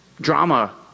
drama